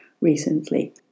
recently